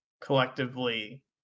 collectively